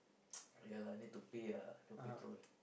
ya lah need to pay ah the petrol